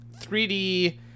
3D